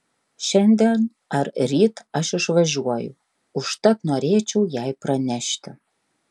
šiandien ar ryt aš išvažiuoju užtat norėčiau jai pranešti